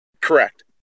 Correct